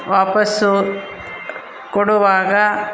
ವಾಪಸ್ಸು ಕೊಡುವಾಗ